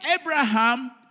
Abraham